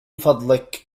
فضلك